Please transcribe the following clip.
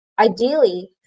Ideally